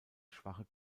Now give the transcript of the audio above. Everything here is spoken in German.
schwache